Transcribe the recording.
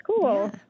cool